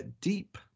deep